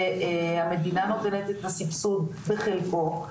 והמדינה נותנת את הסבסוד בחלקו.